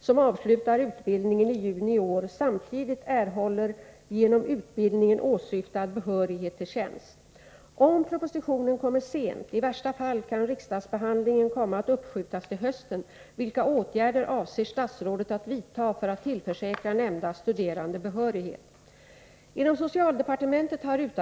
Socialstyrelsen har dessförinnan meddelat huvudmännen att situationen för de studerande, som blir färdiga med sin utbildning i juni i år efter genomgång av högskolans hälsooch sjukvårdslinje, fortfarande är oklar i vad gäller behörighet till tjänst.